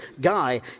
guy